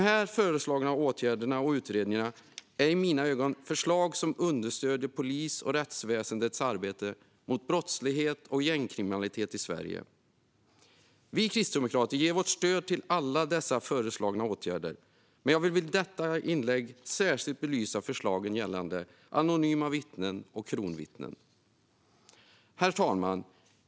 Dessa åtgärder och utredningar är i mina ögon förslag som understöder polisens och rättsväsendets arbete mot brottslighet och gängkriminalitet i Sverige. Vi kristdemokrater ger vårt stöd till alla dessa föreslagna åtgärder, men jag vill i detta inlägg särskilt belysa förslagen gällande anonyma vittnen och kronvittnen. Herr talman!